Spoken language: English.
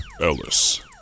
Ellis